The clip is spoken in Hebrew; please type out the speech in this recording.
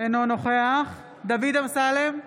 אינו נוכח דוד אמסלם,